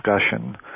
discussion